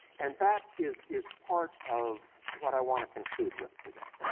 and that is is part of what i wanna conclude with today.